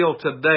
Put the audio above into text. today